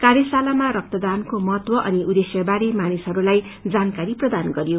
कार्यशालामा रक्तदानको महत्व अनि उद्खेश्य बारे मानिसहरूलाई जानकारी प्रदान गरियो